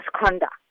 misconduct